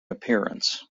appearance